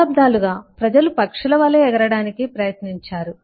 శతాబ్దాలుగా ప్రజలు పక్షుల వలె ఎగరడానికి ప్రయత్నించారు